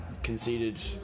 conceded